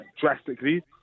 drastically